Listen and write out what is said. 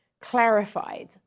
clarified